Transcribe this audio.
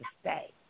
stay